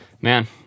Man